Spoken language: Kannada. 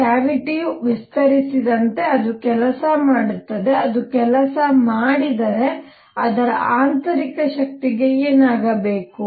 ಕ್ಯಾವಿಟಿಯ ವಿಸ್ತರಿಸಿದಂತೆ ಅದು ಕೆಲಸ ಮಾಡುತ್ತದೆ ಅದು ಕೆಲಸ ಮಾಡಿದರೆ ಅದರ ಆಂತರಿಕ ಶಕ್ತಿಗೆ ಏನಾಗಬೇಕು